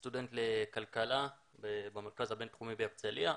סטודנט לכלכלה במרכז הבין-תחומי בהרצליה.